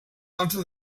altre